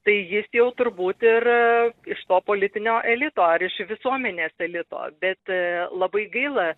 tai jis jau turbūt ir iš to politinio elito ar iš visuomenės elito bet labai gaila